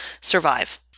survive